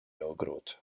ogród